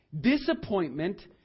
disappointment